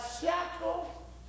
shackle